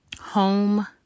Home